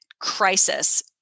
crisis